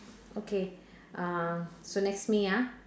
okay uh so next me ah